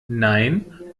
nein